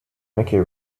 mickey